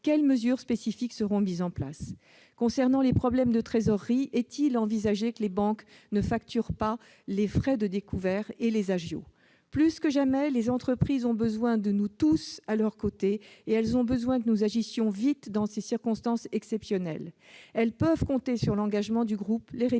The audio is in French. de leur chiffre d'affaires ces trois prochains mois ? Est-il envisagé que les banques ne facturent pas les frais de découvert et les agios ? Plus que jamais, les entreprises ont besoin de nous tous à leurs côtés ; elles ont besoin que nous agissions vite dans ces circonstances exceptionnelles. Elles peuvent compter sur l'engagement du groupe Les Républicains.